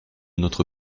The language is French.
notre